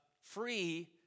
free